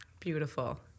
Beautiful